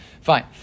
Fine